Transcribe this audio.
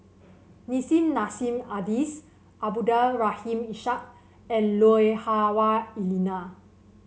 Nissim Nassim Adis Abdul Rahim Ishak and Lui Hah Wah Elena